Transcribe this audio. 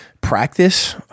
practice